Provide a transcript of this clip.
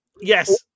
Yes